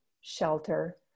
shelter